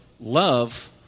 love